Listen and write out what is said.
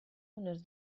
unes